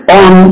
on